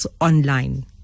online